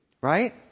Right